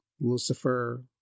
Lucifer